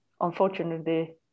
unfortunately